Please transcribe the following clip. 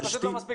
שזה הפיזה